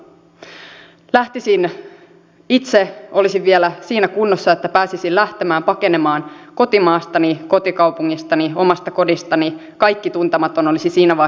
lähtisin itse olisin vielä siinä kunnossa että pääsisin lähtemään pakenemaan kotimaastani kotikaupungistani omasta kodistani kaikki tuntematon olisi siinä vain